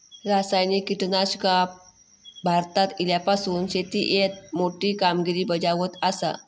रासायनिक कीटकनाशका भारतात इल्यापासून शेतीएत मोठी कामगिरी बजावत आसा